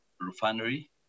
refinery